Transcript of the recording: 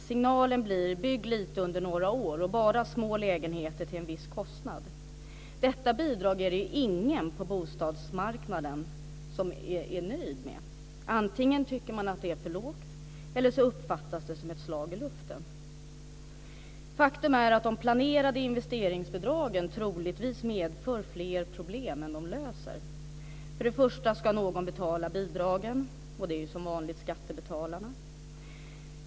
Signalen blir: Bygg lite under några år, men bara små lägenheter till en viss kostnad. Detta bidrag är det ingen på bostadsmarknaden som är nöjd med. Antingen tycker man att det är för lågt eller så uppfattas det som ett slag i luften. Faktum är att de planerade investeringsbidragen troligtvis medför fler problem än de löser. För det första ska någon betala bidragen, och det är som vanligt skattebetalarna.